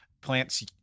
plants